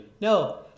No